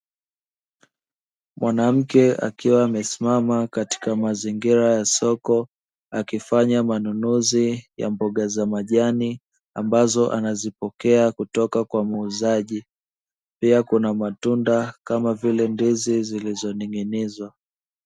Mwanamke akiwa amesimama katika mazingira ya soko akifanya manunuzi ya mboga za majani ambazo anazipokea kutoka kwa muuzaji, pia kuna matunda kama vile ndizi zilizoning'inizwa.